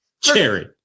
cherry